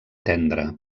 tendra